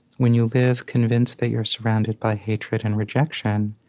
when you live convinced that you're surrounded by hatred and rejection,